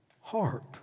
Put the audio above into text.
heart